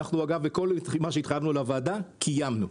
אגב כל דבר שהתחייבנו לוועדה קיימנו.